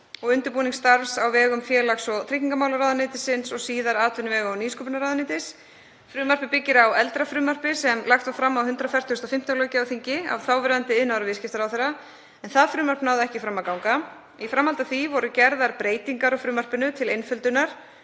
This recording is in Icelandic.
og undirbúningsstarfs á vegum félags- og tryggingamálaráðuneytisins og síðar atvinnuvega- og nýsköpunarráðuneytis. Frumvarpið byggist á eldra frumvarpi sem lagt var fram á 145. löggjafarþingi af þáverandi iðnaðar- og viðskiptaráðherra, en það náði ekki fram að ganga. Í framhaldi af því voru gerðar breytingar á frumvarpinu til einföldunar